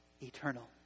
Eternal